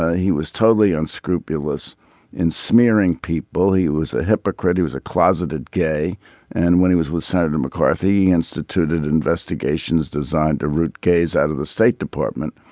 ah he was totally unscrupulous in smearing people he was a hypocrite. he was a closeted gay and when he was with senator mccarthy instituted investigations designed to root gays out of the state department.